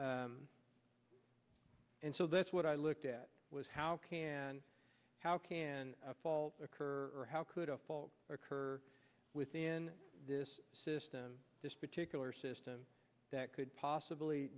and so that's what i looked at was how can how can a fault occur or how could a fault occur within this system this particular system that could possibly